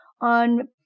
on